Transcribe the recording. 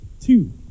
Two